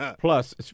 Plus